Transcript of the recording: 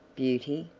beauty?